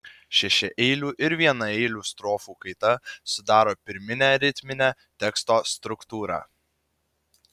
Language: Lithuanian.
šešiaeilių ir vienaeilių strofų kaita sudaro pirminę ritminę teksto struktūrą